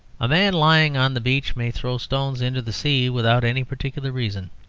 a man lying on the beach may throw stones into the sea without any particular reason.